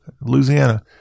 louisiana